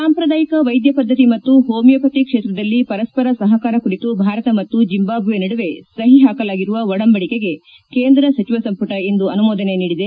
ಸಾಂಪ್ರದಾಯಿಕ ವೈದ್ಯ ಪದ್ಗತಿ ಮತ್ತು ಹೋಮಿಯೋಪತಿ ಕ್ಷೇತ್ರದಲ್ಲಿ ಪರಸ್ತರ ಸಪಕಾರ ಕುರಿತು ಭಾರತ ಮತ್ತು ಜಿಂಬಾಜ್ನೆ ನಡುವೆ ಸಹಿ ಹಾಕಲಾಗಿರುವ ಒಡಂಬಡಿಕೆಗೆ ಕೇಂದ್ರ ಸಚಿವ ಸಂಪುಟ ಇಂದು ಅನುಮೋದನೆ ನೀಡಿದೆ